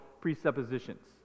presuppositions